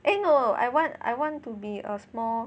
eh no I want I want to be a small